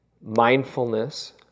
mindfulness